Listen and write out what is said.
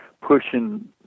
pushing